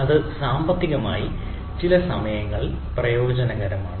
അത് സാമ്പത്തികമായി ചില സമയങ്ങളിൽ പ്രയോജനകരമാണ്